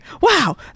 wow